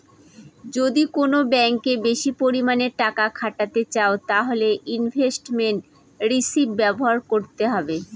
যদি কোন ব্যাঙ্কে বেশি পরিমানে টাকা খাটাতে চাও তাহলে ইনভেস্টমেন্ট রিষিভ ব্যবহার করতে হবে